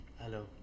Hello